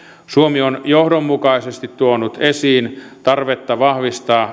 suomi on johdonmukaisesti tuonut esiin tarvetta vahvistaa